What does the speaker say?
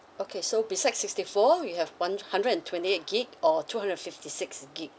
okay so beside sixty four we have one hundred and twenty eight gig or two hundred and fifty six gig